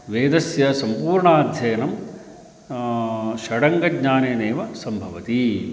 वेदस्य सम्पूर्णाध्ययनं षडङ्गज्ञानेनैव सम्भवति